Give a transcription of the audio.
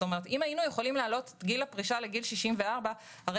אם היינו יכולים להעלות את גיל הפרישה לגיל 64 הרי